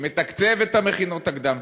שמתקצב את המכינות הקדם-צבאיות: